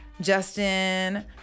Justin